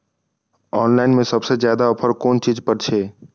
Online में सबसे ज्यादा ऑफर कोन चीज पर छे?